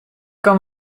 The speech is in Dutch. kan